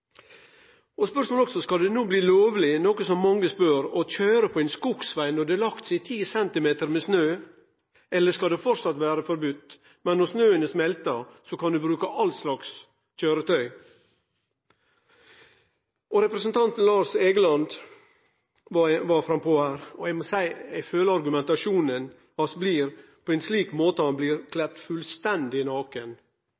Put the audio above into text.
Spørsmålet er også: Skal det no bli lovleg, noko som mange spør, å kjøre på ein skogsveg når det har lagt seg 10 cm med snø, eller skal det framleis vere forbode, men når snøen har smelta, kan du bruke all slags kjøretøy? Representanten Lars Egeland var frampå her, og eg føler argumentasjonen hans er på ein slik måte at han blir